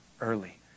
early